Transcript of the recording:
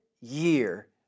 year